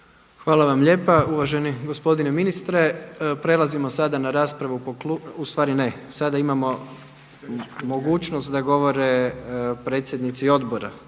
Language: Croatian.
Hvala vam lijepa uvaženi gospodine ministre. Prelazimo sada na raspravu po klubovima. U stvari ne, sada imamo mogućnost da govore predsjednici odbora